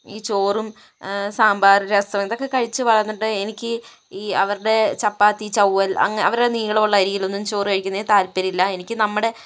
ഈ ചോറും സാമ്പാറ് രസം ഇതൊക്കെ കഴിച്ച് വളർന്നിട്ട് എനിക്ക് ഈ ഈ അവരുടെ ചപ്പാത്തി ചൗവ്വൽ അങ്ങ അവരുടെ നീളമുള്ള അരിയിലൊന്നും ചോറ് കഴിക്കുന്നതില് താല്പര്യമില്ല എനിക്ക് നമ്മുടെ